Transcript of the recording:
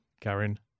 Karen